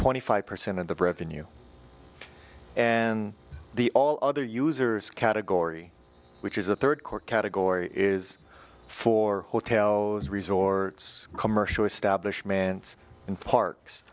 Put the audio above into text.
twenty five percent of the revenue and the all other users category which is the third quarter category is for hotel resorts commercial establishments and parks